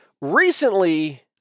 recently